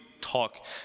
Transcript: talk